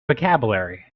vocabulary